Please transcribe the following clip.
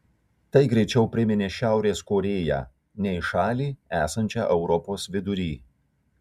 tai greičiau priminė šiaurės korėją nei į šalį esančią europos vidury